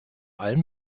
allem